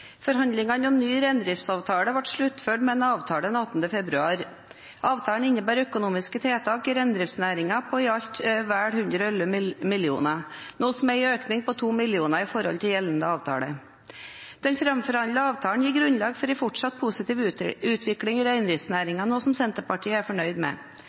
Forhandlingene om ny reindriftsavtale ble sluttført med en avtale den 18. februar. Avtalen innebærer økonomiske tiltak i reindriftsnæringen på i alt vel 111 mill. kr, noe som er en økning på 2 mill. kr i forhold til gjeldende avtale. Den framforhandlede avtalen gir grunnlag for en fortsatt positiv utvikling av reindriftsnæringen, noe som Senterpartiet er fornøyd med.